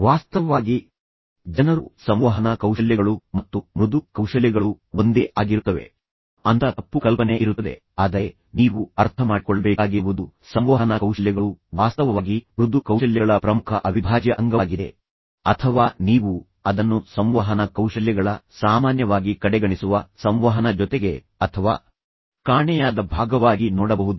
ವಾಸ್ತವವಾಗಿ ಜನರು ಸಂವಹನ ಕೌಶಲ್ಯಗಳು ಮತ್ತು ಮೃದು ಕೌಶಲ್ಯಗಳು ಒಂದೇ ಆಗಿರುತ್ತವೆ ಅಂತ ತಪ್ಪು ಕಲ್ಪನೆ ಇರುತ್ತದೆ ಆದರೆ ನೀವು ಅರ್ಥ ಮಾಡಿಕೊಳ್ಳಬೇಕಾಗಿರುವುದು ಸಂವಹನ ಕೌಶಲ್ಯಗಳು ವಾಸ್ತವವಾಗಿ ಮೃದು ಕೌಶಲ್ಯಗಳ ಪ್ರಮುಖ ಅವಿಭಾಜ್ಯ ಅಂಗವಾಗಿದೆ ಅಥವಾ ನೀವು ಅದನ್ನು ಸಂವಹನ ಕೌಶಲ್ಯಗಳ ಸಾಮಾನ್ಯವಾಗಿ ಕಡೆಗಣಿಸುವ ಸಂವಹನ ಜೊತೆಗೆ ಅಥವಾ ಕಾಣೆಯಾದ ಭಾಗವಾಗಿ ನೋಡಬಹುದು